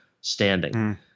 standing